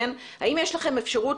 האם יש לכם אפשרות